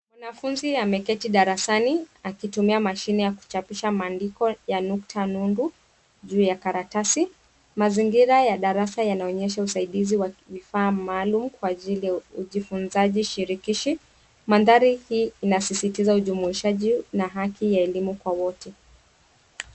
Mwanafunzi ameketi darasani akitumia mashini ya kuchapisha maandiko ya nukta nundu juu ya karatasi. Mazingira ya darasa yanaoonyesha usaidizi wa kivaa maalum kwa ajili ya ujifunzaji shirikishi . Mandhari hii inasisitiza ujumuishaji na haki ya elimu kwa wote.